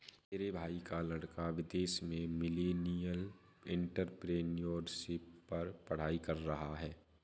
मेरे भाई का लड़का विदेश में मिलेनियल एंटरप्रेन्योरशिप पर पढ़ाई कर रहा है